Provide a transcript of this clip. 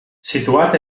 situat